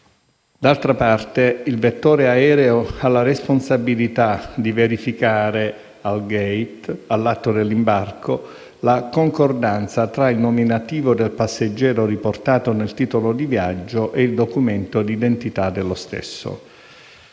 D'altra parte, il vettore aereo ha la responsabilità di verificare al *gate*, all'atto dell'imbarco, la concordanza tra il nominativo del passeggero riportato nel titolo di viaggio e il documento d'identità dello stesso.